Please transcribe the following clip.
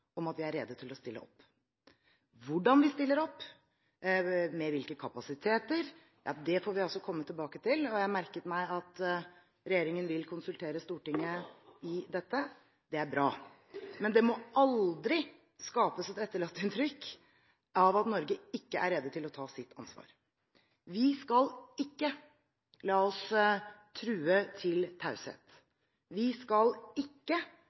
om at vi er rede til å stille opp. Hvordan vi stiller opp, og med hvilke kapasiteter, får vi komme tilbake til. Jeg merket meg at regjeringen vil konsultere Stortinget om dette. Det er bra. Men det må aldri etterlates et inntrykk av at Norge ikke er rede til å ta sitt ansvar. Vi skal ikke la oss true til taushet, vi skal ikke